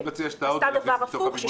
שעשתה דבר הפוך.